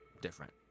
different